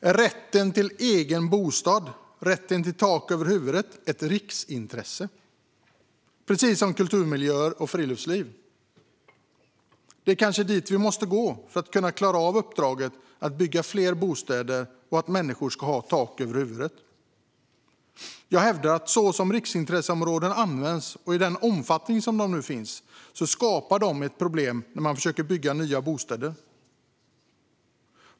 Är rätten till egen bostad - rätten till tak över huvudet - ett riksintresse precis som kulturmiljöer och friluftsliv? Det kanske är dit vi måste gå för att kunna klara av uppdraget att bygga fler bostäder och för att människor ska ha tak över huvudet. Jag hävdar att riksintresseområden, så som de används och i den omfattning som de nu finns, skapar ett problem när man försöker bygga nya bostäder.